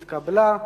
התקבלה,